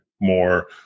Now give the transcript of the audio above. more